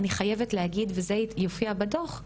אני חייבת להגיד וזה גם יופיע בדוח,